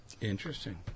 Interesting